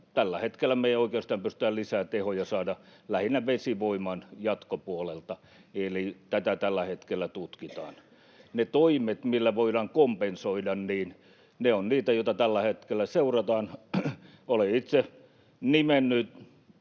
tällä hetkellä me ei oikeastaan pystytä lisää tehoja saamaan — lähinnä vesivoiman jatkopuolelta, eli tätä tällä hetkellä tutkitaan. Ne toimet, joilla voidaan kompensoida, ovat niitä, joita tällä hetkellä seurataan. Olen itse nimennyt